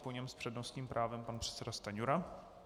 Po něm s přednostním právem pan předseda Stanjura.